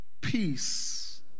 peace